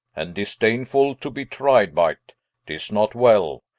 and disdainfull to be tride by't tis not well.